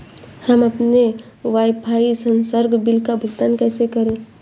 हम अपने वाईफाई संसर्ग बिल का भुगतान कैसे करें?